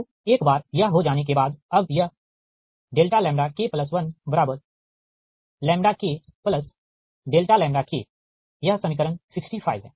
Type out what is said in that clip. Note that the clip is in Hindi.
तो एक बार यह हो जाने के बाद अब यह K1 यह समीकरण 65 है